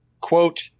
quote